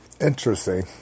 Interesting